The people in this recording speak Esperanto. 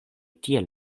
tiel